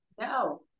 No